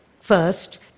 First